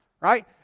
Right